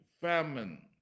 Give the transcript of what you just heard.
famine